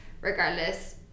regardless